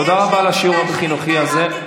תודה רבה על השיעור החינוכי הזה.